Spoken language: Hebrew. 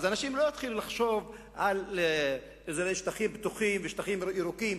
אנשים לא יתחילו לחשוב על אזורי שטחים פתוחים ושטחים ירוקים.